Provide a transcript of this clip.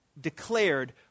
declared